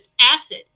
acid